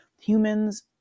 humans